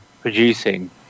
producing